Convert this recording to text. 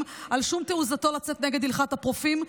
על שום תעוזתו לצאת נגד הלכת האפרופים.